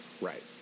Right